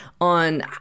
on